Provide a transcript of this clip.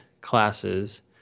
classes